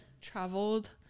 traveled